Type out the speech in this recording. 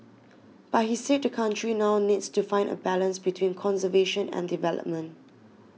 but he said the country now needs to find a balance between conservation and development